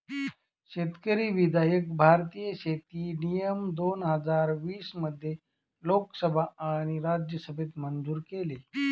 शेतकरी विधायक भारतीय शेती नियम दोन हजार वीस मध्ये लोकसभा आणि राज्यसभेत मंजूर केलं